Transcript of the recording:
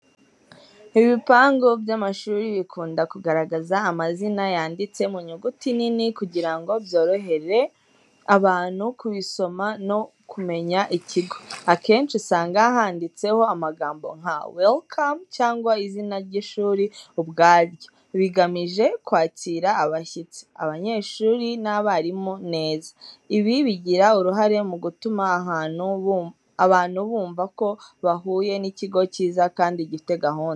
Ibipangu by’amashuri bikunda kugaragaza amazina yanditse mu nyuguti nini kugira ngo byorohere abantu kubisoma no kumenya ikigo. Akenshi usanga handitseho amagambo nka “WELCOME” cyangwa izina ry’ishuri ubwaryo, bigamije kwakira abashyitsi, abanyeshuri n’abarimu neza. Ibi bigira uruhare mu gutuma abantu bumva ko bahuye n’ikigo cyiza kandi gifite gahunda.